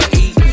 eat